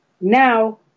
Now